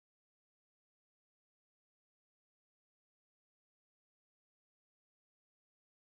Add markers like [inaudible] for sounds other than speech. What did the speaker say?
[unintelligible]